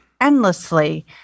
endlessly